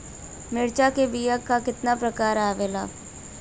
मिर्चा के बीया क कितना प्रकार आवेला?